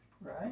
Right